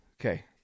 Okay